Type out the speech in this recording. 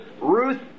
Ruth